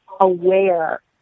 aware